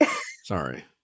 Sorry